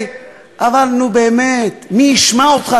אבל נו, באמת, מי ישמע אותך?